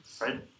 right